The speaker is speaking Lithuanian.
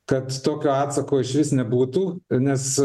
kad tokio atsako išvis nebūtų nes